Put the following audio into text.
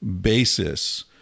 basis